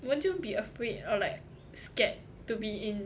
won't you be afraid or like scared to be in